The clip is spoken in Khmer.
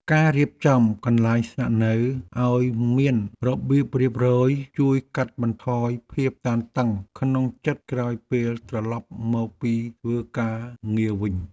ការរៀបចំកន្លែងស្នាក់នៅឱ្យមានរបៀបរៀបរយជួយកាត់បន្ថយភាពតានតឹងក្នុងចិត្តក្រោយពេលត្រឡប់មកពីធ្វើការងារវិញ។